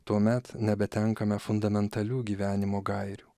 tuomet nebetenkame fundamentalių gyvenimo gairių